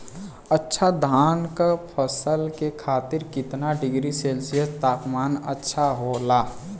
अच्छा धान क फसल के खातीर कितना डिग्री सेल्सीयस तापमान अच्छा होला?